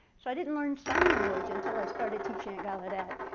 so i didn't learn sign language until i started teaching at gallaudet.